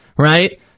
right